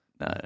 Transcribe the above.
no